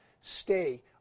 Stay